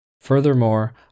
Furthermore